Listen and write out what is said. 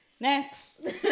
Next